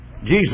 Jesus